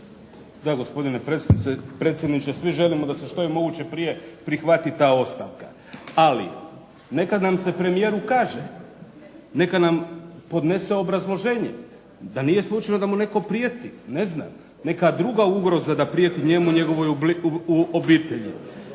Da, gospodine predsjedniče, svi želimo da se što je moguće prije prihvati ta ostavka. Ali, neka nam se premijer ukaže. Neka nam podnese obrazloženje. Da nije slučajno da mu netko prijeti, ne znam. Neka druga ugroza da prijeti njemu, njegovoj obitelji.